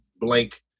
blank